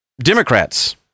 Democrats